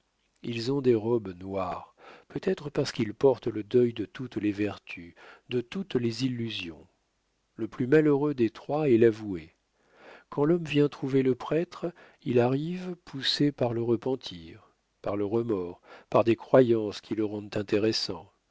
ils ont des robes noires peut-être parce qu'ils portent le deuil de toutes les vertus de toutes les illusions le plus malheureux des trois est l'avoué quand l'homme vient trouver le prêtre il arrive poussé par le repentir par le remords par des croyances qui le rendent intéressant